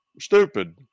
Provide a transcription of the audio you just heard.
stupid